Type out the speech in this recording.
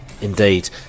Indeed